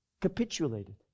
capitulated